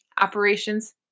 operations